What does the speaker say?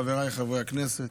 חבריי חברי הכנסת,